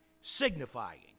signifying